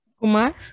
Kumar